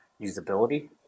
usability